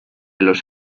los